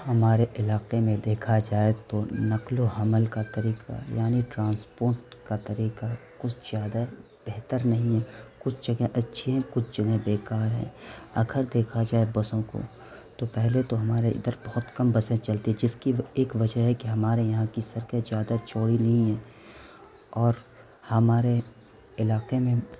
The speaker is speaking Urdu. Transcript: ہمارے علاقے میں دیکھا جائے تو نقل و حمل کا طریقہ یعنی ٹرانسپورٹ کا طریقہ کچھ زیادہ بہتر نہیں ہے کچھ جگہ اچھی ہیں کچھ جگہ بیکار ہیں اگر دیکھا جائے بسوں کو تو پہلے تو ہمارے ادھر بہت کم بسیں چلتی جس کی ایک وجہ ہے کہ ہمارے یہاں کی سڑکیں زیادہ چوڑی نہیں ہیں اور ہمارے علاقے میں